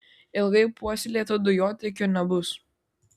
ilgai puoselėto dujotiekio nebus